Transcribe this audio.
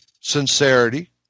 sincerity